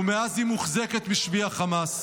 ומאז היא מוחזקת בשבי חמאס.